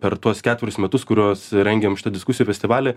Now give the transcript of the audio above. per tuos ketverius metus kuriuos rengėm šitą diskusijų festivalį